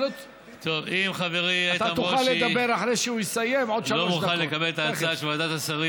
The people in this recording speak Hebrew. אם חברי איתן ברושי לא מוכן לקבל את ההצעה של ועדת השרים